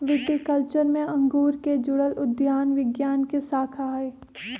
viticulture में अंगूर से जुड़ल उद्यान विज्ञान के शाखा हई